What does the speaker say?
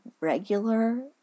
regular